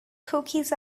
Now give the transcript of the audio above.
cookies